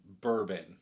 bourbon